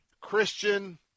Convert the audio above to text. Christian